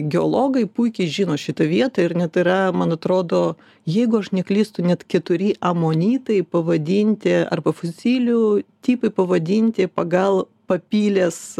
geologai puikiai žino šitą vietą ir net yra man atrodo jeigu aš neklystu net keturi amonitai pavadinti arba fosolijų tipai pavadinti pagal papilės